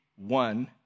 One